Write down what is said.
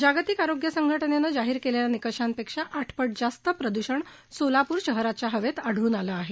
जागतिक आरोग्य संघटनेनं जाहीर केलेल्या निकषांपेक्षा आठपट जास्त प्रदूषण सोलापूर शहरात हवेत आढळून आलं आहे